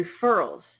referrals